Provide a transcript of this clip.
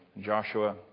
Joshua